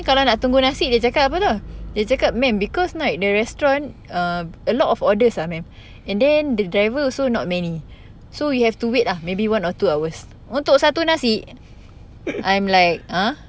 kalau nak tunggu nasi dia cakap apa [tau] dia cakap ma'am because right the restaurant err a lot of order ah ma'am and then the driver also not many so you have to wait ah maybe one or two hours untuk satu nasi I'm like ah